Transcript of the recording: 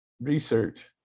research